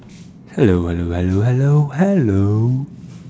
hello hello hello hello hello